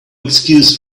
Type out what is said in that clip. excuse